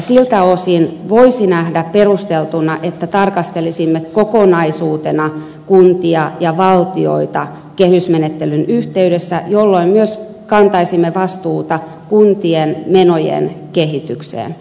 siltä osin voisi nähdä perusteltuna että tarkastelisimme kokonaisuutena kuntia ja valtiota kehysmenettelyn yhteydessä jolloin myös kantaisimme vastuuta kuntien menojen kehityksestä